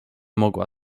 mogła